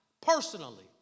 personally